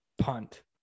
punt